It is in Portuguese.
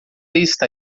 está